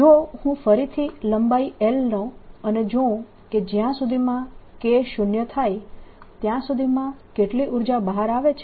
જો હું ફરીથી લંબાઈ l લઉં અને જોઉં કે જયાં સુધીમાં K શૂન્ય થાય ત્યાં સુધીમાં કેટલી ઉર્જા બહાર આવી છે